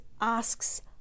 asks